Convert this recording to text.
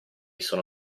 sono